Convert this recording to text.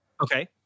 Okay